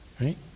Right